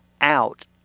out